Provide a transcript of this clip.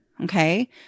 Okay